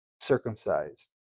circumcised